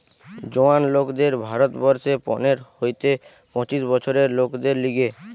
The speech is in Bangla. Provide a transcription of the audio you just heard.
জোয়ান লোকদের ভারত বর্ষে পনের হইতে পঁচিশ বছরের লোকদের লিগে